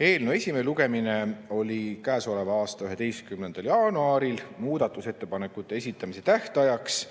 Eelnõu esimene lugemine oli käesoleva aasta 11. jaanuaril. Muudatusettepanekute esitamise tähtajaks